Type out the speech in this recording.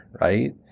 right